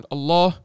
Allah